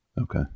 Okay